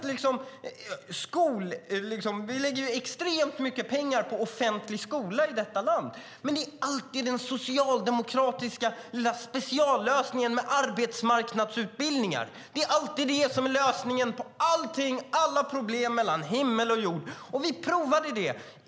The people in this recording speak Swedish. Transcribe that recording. Vi lägger extremt mycket pengar på offentlig skola i detta land, men det är alltid den socialdemokratiska lilla speciallösningen med arbetsmarknadsutbildningar som är lösningen på alla problem mellan himmel och jord. Vi provade det.